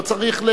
לא צריך.